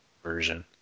Version